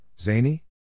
Zany